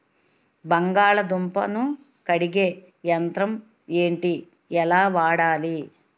బంగాళదుంప ను కడిగే యంత్రం ఏంటి? ఎలా వాడాలి?